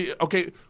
Okay